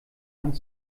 hand